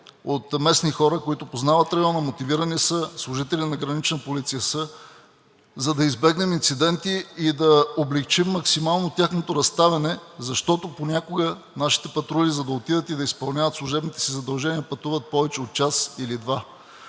от местни хора, които познават района, мотивирани са, служители на Гранична полиция са, за да избегнем инциденти и да облекчим максимално тяхното разставяне, защото понякога нашите патрули, за да отидат и да изпълняват служебните си задължения, пътуват повече от час или два.